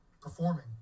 performing